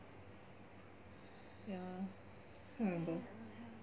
ya